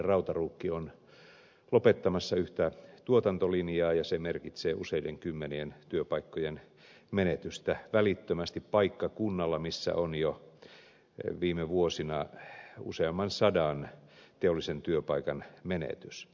rautaruukki on lopettamassa yhtä tuotantolinjaa ja se merkitsee useiden kymmenien työpaikkojen menetystä välittömästi paikkakunnalla missä on jo viime vuosina useamman sadan teollisen työpaikan menetys